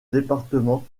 département